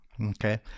Okay